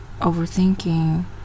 overthinking